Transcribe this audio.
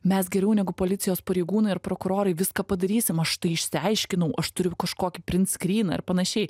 mes geriau negu policijos pareigūnai ir prokurorai viską padarysim aš tai išsiaiškinau aš turiu kažkokį printskryną ir panašiai